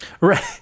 Right